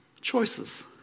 choices